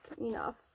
enough